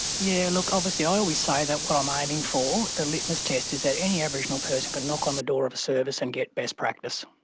yeah, look, obviously i always say that what i'm aiming for, the litmus test is that any aboriginal person can knock on the door of a service and get best practice.